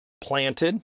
planted